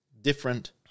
different